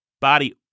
body